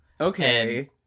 okay